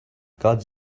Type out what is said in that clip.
guards